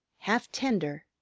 half tender,